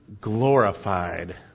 glorified